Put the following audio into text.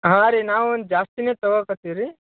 ಹಾಂ ರೀ ನಾವು ಜಾಸ್ತಿಯೇ ತಗೊಳಕತ್ತೀವಿ ರೀ